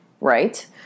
right